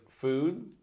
food